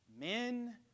men